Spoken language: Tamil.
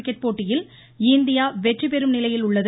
கிரிக்கெட் போட்டியில் இந்தியா வெற்றிபெறும் நிலையில் உள்ளது